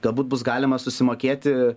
galbūt bus galima susimokėti